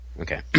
Okay